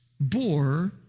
bore